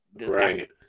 Right